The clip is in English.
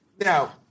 Now